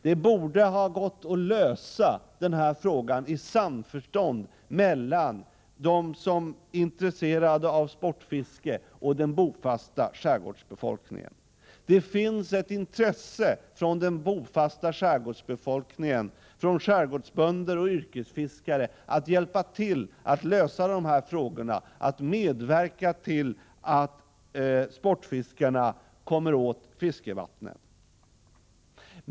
Det borde ha gått att lösa denna fråga i samförstånd mellan dem som är intresserade av sportfiske och den bofasta skärgårdsbefolkningen. Det finns ett intresse från den bofasta skärgårdsbefolkningen — från skärgårdsbönder och yrkesfiskare — att hjälpa till med att lösa dessa frågor, att medverka till att sportfiskarna kommer åt fiskevattnen.